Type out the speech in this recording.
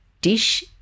dish